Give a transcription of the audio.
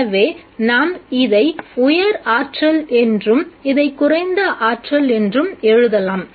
எனவே நாம் இதை உயர் ஆற்றல் என்றும் இதை குறைந்த ஆற்றல் என்றும் எழுதலாம்